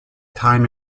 time